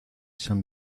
san